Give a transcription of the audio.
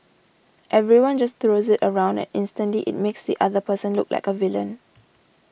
everyone just throws it around and instantly it makes the other person look like a villain